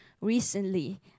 recently